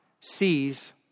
sees